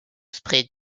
sprint